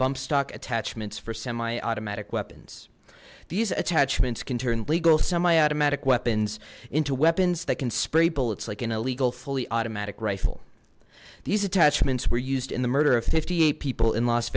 bump stock attachments for semi automatic weapons these attachments can turn legal semi automatic weapons into weapons that can spray bullets like an illegal fully automatic rifle these attachments were used in the murder of fifty eight people in las